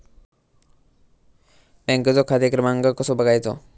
बँकेचो खाते क्रमांक कसो बगायचो?